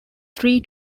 three